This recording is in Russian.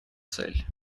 цель